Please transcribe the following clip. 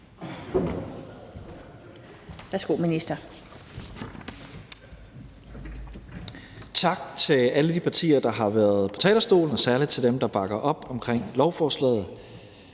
Tak til alle de partier, der har været på talerstolen, og særlig til dem, der bakker op om lovforslaget.